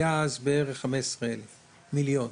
היו אז בערך 15,000. מיליון.